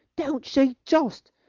don't she just!